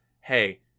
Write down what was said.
hey